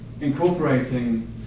incorporating